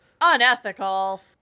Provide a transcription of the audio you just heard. Unethical